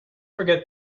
forget